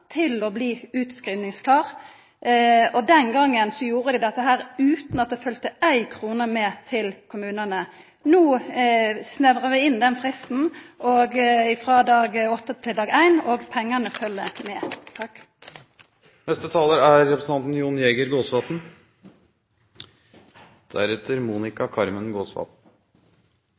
til å bli utskrivingsklar. Den gongen gjorde dei dette utan at det følgde ei krone med til kommunane. No snevrar vi inn fristen, frå dag åtte til dag ein, og pengane følgjer med. I sitt første innlegg i dag sa Thomas Breen at regjeringspartiene «tåler godt» at opposisjonen ikke er